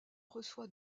reçoit